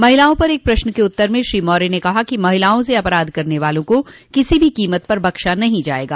महिलाओं पर एक प्रश्न के उत्तर में श्री मौर्य ने कहा कि महिलाओं से अपराध करने वालों को किसी भी कीमत पर बख्शा नहीं जायेगा